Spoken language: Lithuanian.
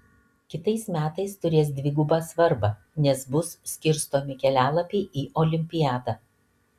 kitais metais turės dvigubą svarbą nes bus skirstomi kelialapiai į olimpiadą